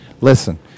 Listen